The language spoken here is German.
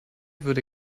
würde